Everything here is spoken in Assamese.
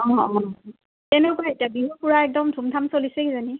অঁ অঁ কেনেকুৱা এতিয়া বিহু পুৰা একদম ধুমধাম চলিছে কিজানি